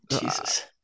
jesus